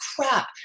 crap